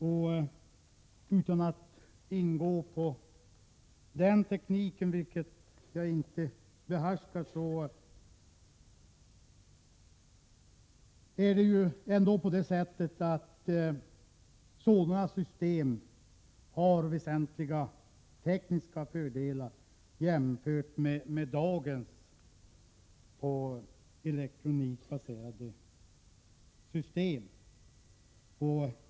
Jag tänker inte gå närmare in på frågan om denna teknik, vilken jag inte behärskar, men konstaterar att sådana system har väsentliga tekniska fördelar jämfört med dagens elektronikbaserade system.